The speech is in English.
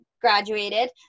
graduated